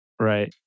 Right